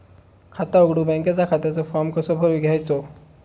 खाता उघडुक बँकेच्या खात्याचो फार्म कसो घ्यायचो?